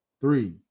Three